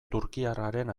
turkiarraren